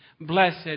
Blessed